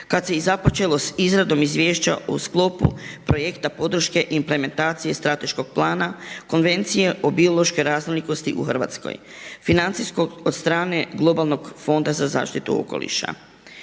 kad se i započelo sa izradom izvješća u sklopu projekta podrške implementacije strateškog plana, Konvencije o biološkoj raznolikosti u Hrvatskoj, financijskog od strane globalnog Fonda za zaštitu okoliša.